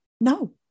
No